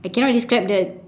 I cannot describe the